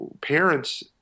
parents